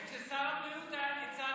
וכששר הבריאות היה ניצן הורוביץ?